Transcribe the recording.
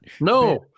No